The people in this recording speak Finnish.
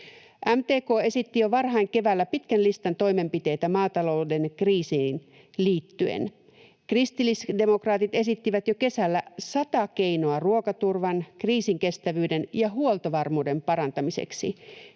MTK esitti jo varhain keväällä pitkän listan toimenpiteitä maatalouden kriisiin liittyen. Kristillisdemokraatit esittivät jo kesällä sata keinoa ruokaturvan, kriisinkestävyyden ja huoltovarmuuden parantamiseksi.